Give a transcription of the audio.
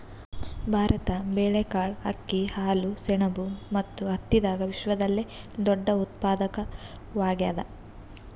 ಭಾರತ ಬೇಳೆಕಾಳ್, ಅಕ್ಕಿ, ಹಾಲು, ಸೆಣಬು ಮತ್ತು ಹತ್ತಿದಾಗ ವಿಶ್ವದಲ್ಲೆ ದೊಡ್ಡ ಉತ್ಪಾದಕವಾಗ್ಯಾದ